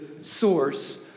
source